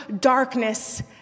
darkness